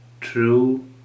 true